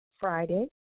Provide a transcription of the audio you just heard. Friday